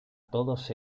todos